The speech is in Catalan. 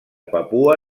papua